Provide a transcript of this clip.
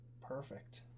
perfect